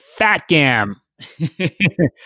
FATGAM